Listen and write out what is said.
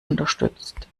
unterstützt